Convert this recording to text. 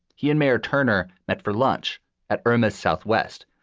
he and mayor turner met for lunch at urma southwest,